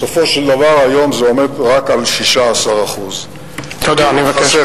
בסופו של דבר היום זה עומד רק על 16%. נא לסיים.